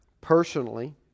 personally